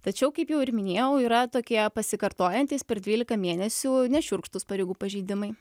tačiau kaip jau ir minėjau yra tokie pasikartojantys per dvylika mėnesių nešiurkštūs pareigų pažeidimai